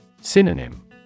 Synonym